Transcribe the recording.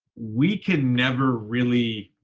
we can never really,